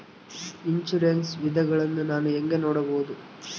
Insurance ವಿಧಗಳನ್ನ ನಾನು ಹೆಂಗ ನೋಡಬಹುದು?